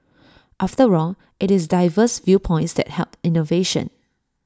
after all IT is diverse viewpoints that help innovation